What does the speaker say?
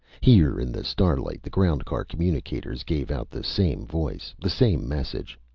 here in the starlight the ground-car communicators gave out the same voice. the same message.